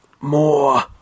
more